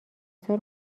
سال